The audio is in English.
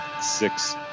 six